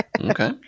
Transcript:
Okay